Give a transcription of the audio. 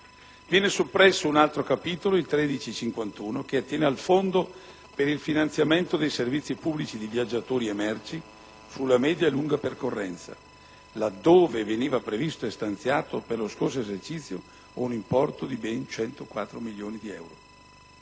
*transhipment*, ed il capitolo 1351, che attiene al Fondo per il finanziamento dei servizi pubblici di viaggiatori e merci sulla media e lunga percorrenza, laddove veniva previsto e stanziato per lo scorso esercizio un importo di ben 104 milioni di euro.